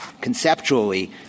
Conceptually